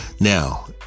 Now